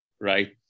Right